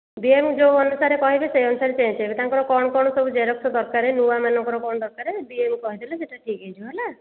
ବି M ଯେଉଁ ଅନୁସାରେ କହିବେ ସେହି ଅନୁସାରେ ଚେଞ୍ଜ୍ ହେବେ ତାଙ୍କର କ'ଣ କ'ଣ ସବୁ ଜେରକ୍ସ ଦରକାର ନୂଆମାନଙ୍କର କ'ଣ ଦରକାର ବି ଏମ୍ କହିଦେଲେ ସେଟା ଠିକ୍ ହୋଇଯିବ ହେଲା